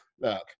Look